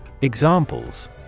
Examples